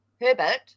Herbert